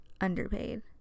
underpaid